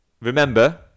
remember